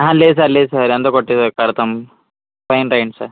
అ లేదు సార్ లేదు సార్ ఎంత పడితే కడతాం ఫైన్ రాయండి సార్